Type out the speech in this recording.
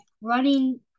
running